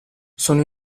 sono